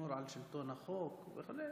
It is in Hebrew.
לשמור על שלטון החוק וכו'.